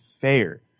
fair